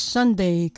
Sunday